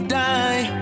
die